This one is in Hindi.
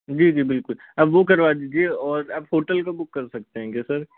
जी जी बिलकुल आप वो करवा दीजिए और आप होटल का बुक कर सकते हैं क्या सर